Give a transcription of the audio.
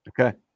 Okay